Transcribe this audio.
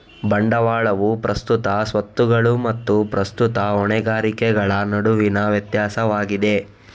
ಬಂಡವಾಳವು ಪ್ರಸ್ತುತ ಸ್ವತ್ತುಗಳು ಮತ್ತು ಪ್ರಸ್ತುತ ಹೊಣೆಗಾರಿಕೆಗಳ ನಡುವಿನ ವ್ಯತ್ಯಾಸವಾಗಿದೆ